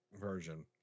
version